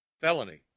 Felony